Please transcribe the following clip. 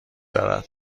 دارد